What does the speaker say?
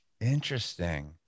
Interesting